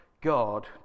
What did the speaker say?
God